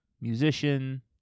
musician